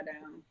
down